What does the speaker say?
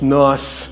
nice